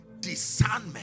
discernment